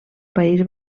país